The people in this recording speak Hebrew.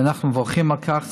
ואנחנו מברכים על כך.